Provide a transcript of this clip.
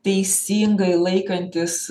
teisingai laikantis